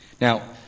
now